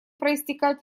проистекать